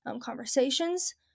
conversations